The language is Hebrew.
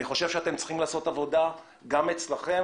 אני חושב שאתם צריכים לעשות עבודה גם אצלכם,